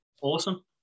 awesome